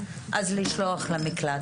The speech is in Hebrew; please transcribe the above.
אז לשלוח למקלט.